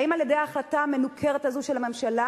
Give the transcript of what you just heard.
האם על-ידי ההחלטה המנוכרת הזאת של הממשלה